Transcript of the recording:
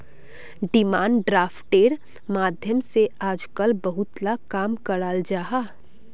demand ड्राफ्टेर माध्यम से आजकल बहुत ला काम कराल जाहा